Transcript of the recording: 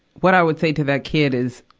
what i would say to that kid is,